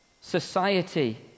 society